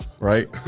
Right